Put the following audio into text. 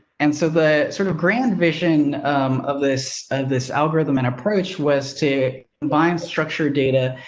and so the sort of grand vision of this of this algorithm and approach was to buy unstructured data, ah,